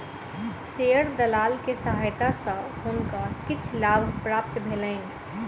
share दलाल के सहायता सॅ हुनका किछ लाभ प्राप्त भेलैन